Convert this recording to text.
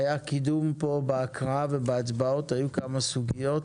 היה קידום פה בהקראה ובהצבעות, היו כמה סוגיות.